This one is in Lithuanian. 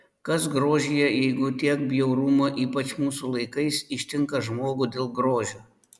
kas grožyje jeigu tiek bjaurumo ypač mūsų laikais ištinka žmogų dėl grožio